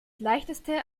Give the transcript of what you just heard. leichteste